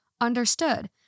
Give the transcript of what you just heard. Understood